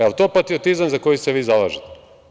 Jel to patriotizam za koji se vi zalažete?